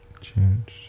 Changed